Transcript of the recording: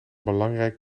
belangrijk